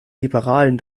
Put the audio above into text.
liberalen